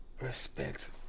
Respect